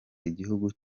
igihugu